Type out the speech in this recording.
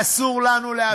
ואסור לנו לאפשר את זה,